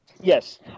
Yes